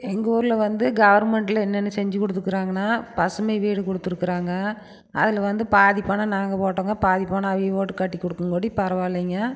எங்கள் ஊரில் வந்து கவர்மண்ட்டில் என்னென்ன செஞ்சு கொடுத்துருக்கறாங்ன்னா பசுமை வீடு கொடுத்துருக்கறாங்க அதில் வந்து பாதி பணம் நாங்கள் போட்டோம்ங்க பாதி பணம் அவங்க போட்டு கட்டி கொடுக்கணுங்காட்டி பரவாயில்லிங்க